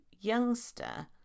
youngster